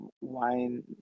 wine